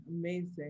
amazing